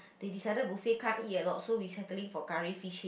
they decided buffet can't eat a lot so we settling for curry fish head